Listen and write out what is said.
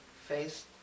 face